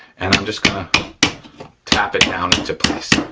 and i'm just gonna tap it down into place.